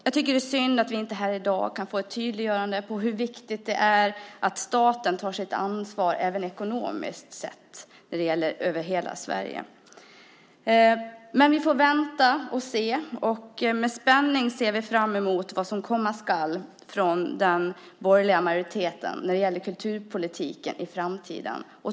Jag tycker att det är synd att vi inte här i dag kan få ett tydliggörande av hur viktigt det är att staten tar sitt ansvar även ekonomiskt över hela Sverige. Men vi får vänta och se. Med spänning ser vi fram emot vad som komma skall från den borgerliga majoriteten när det gäller kulturpolitiken i framtiden.